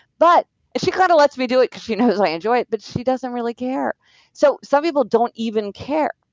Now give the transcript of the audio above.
but she kind of let's me do it because she knows i enjoy it, but she doesn't really care so some people don't even care,